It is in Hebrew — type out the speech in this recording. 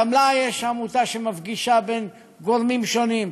גם לה יש עמותה שמפגישה גורמים שונים,